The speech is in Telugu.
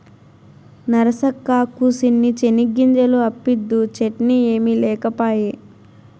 నరసక్కా, కూసిన్ని చెనిగ్గింజలు అప్పిద్దూ, చట్నీ ఏమి లేకపాయే